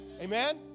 amen